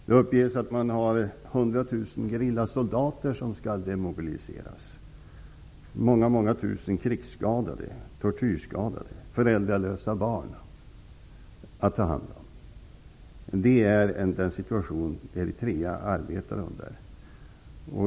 Det uppges att 100 000 gerillasoldater skall demobiliseras och att många tusen krigsskadade, tortyrskadade och föräldralösa barn skall tas om hand.